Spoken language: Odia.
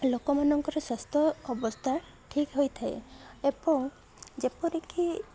ଲୋକମାନଙ୍କର ସ୍ୱାସ୍ଥ୍ୟ ଅବସ୍ଥା ଠିକ୍ ହୋଇଥାଏ ଏବଂ ଯେପରିକି